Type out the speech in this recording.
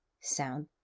Sound